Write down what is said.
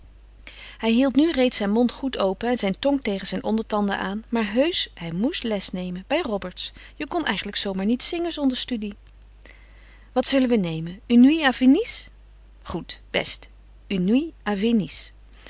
hij hield nu reeds zijn mond goed open en zijn tong tegen zijn ondertanden aan maar heusch hij moest les nemen bij roberts je kon eigenlijk zoo maar niet zingen zonder studie wat zullen we nemen une nuit à venise goed best une